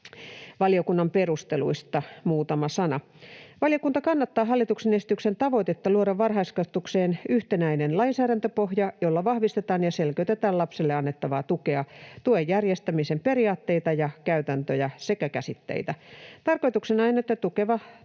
Valiokunnan perusteluista muutama sana. Valiokunta kannattaa hallituksen esityksen tavoitetta luoda varhaiskasvatukseen yhtenäinen lainsäädäntöpohja, jolla vahvistetaan ja selkeytetään lapselle annettavaa tukea, tuen järjestämisen periaatteita ja käytäntöjä sekä käsitteitä. Tarkoituksena on, että tukea